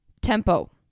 Tempo